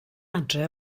adre